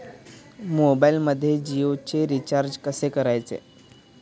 मोबाइलमध्ये जियोचे रिचार्ज कसे मारायचे?